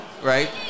right